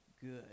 good